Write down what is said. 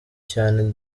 cyane